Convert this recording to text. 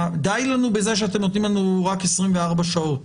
די לנו בזה שאתם נותנים לנו רק 24 שעות,